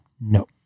No